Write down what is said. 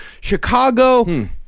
Chicago